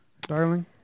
darling